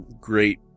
great